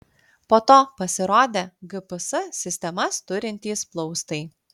po to pasirodė gps sistemas turintys plaustai